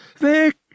Vic